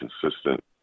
consistent